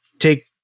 Take